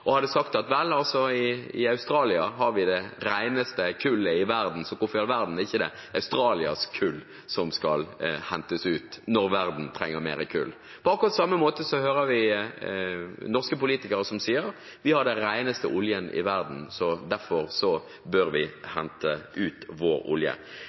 og hadde sagt at vel, i Australia har vi det reneste kullet i verden, så hvorfor i all verden er det ikke Australias kull som skal hentes ut når verden trenger mer kull? På akkurat samme måte hører vi norske politikere som sier: Vi har den reneste oljen i verden, derfor bør vi hente ut vår olje.